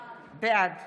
בעד